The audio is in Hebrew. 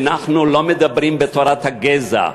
אנחנו לא מדברים בתורת הגזע.